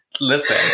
Listen